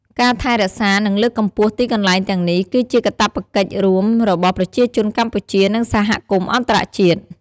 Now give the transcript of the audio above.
ការថែរក្សា និងលើកកម្ពស់ទីកន្លែងទាំងនេះ គឺជាកាតព្វកិច្ចរួមរបស់ប្រជាជនកម្ពុជា និងសហគមន៍អន្តរជាតិ។